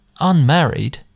unmarried